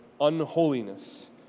unholiness